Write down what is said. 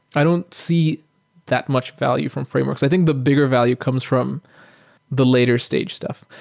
i don't see that much value from frameworks. i think the bigger value comes from the later stage stuff,